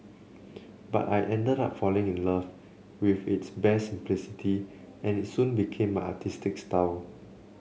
but I ended up falling in love with its bare simplicity and it soon became artistic style